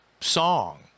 song